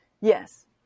Yes